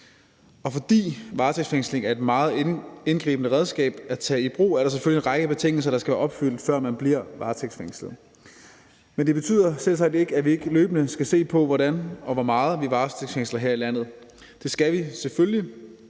Og fordi varetægtsfængsling er et meget indgribende redskab at tage i brug, er der selvfølgelig en række betingelser, der skal være opfyldt, før man bliver varetægtsfængslet. Men det betyder selvsagt ikke, at vi ikke løbende skal se på, hvordan og hvor meget vi varetægtsfængsler her i landet. Det skal vi selvfølgelig,